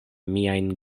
miajn